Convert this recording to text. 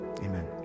amen